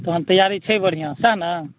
तहन तैयारी छै बढ़िआँ सैह ने